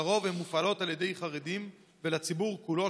לרוב הן מופעלות על ידי חרדים לציבור כולו,